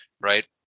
right